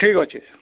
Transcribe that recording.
ଠିକ୍ ଅଛେ